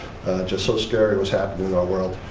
just so scared of what's happening in our world?